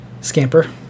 scamper